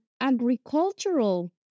agricultural